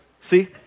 See